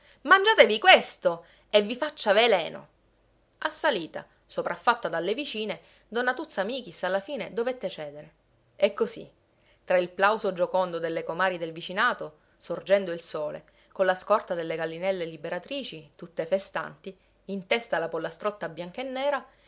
mangiatevi questo e vi faccia veleno assalita sopraffatta dalle vicine donna tuzza michis alla fine dovette cedere e così tra il plauso giocondo delle comari del vicinato sorgendo il sole con la scorta delle gallinelle liberatrici tutte festanti in testa la pollastrotta bianca e nera